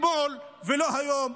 אתמול ולא היום.